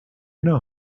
know